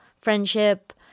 friendship